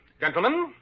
Gentlemen